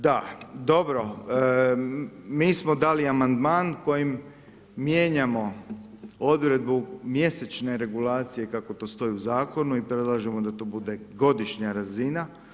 Da, dobro, mi smo dali amandman kojim mijenjamo odredbu mjesečne regulacije kako to stoji u zakonu i predlažemo da to bude godišnja razina.